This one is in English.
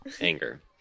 anger